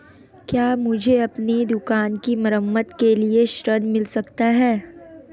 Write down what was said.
क्या मुझे अपनी दुकान की मरम्मत के लिए ऋण मिल सकता है?